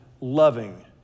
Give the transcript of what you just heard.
loving